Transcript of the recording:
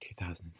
2007